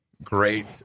great